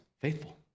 faithful